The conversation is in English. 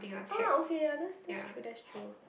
ah okay ya that's that's true that's true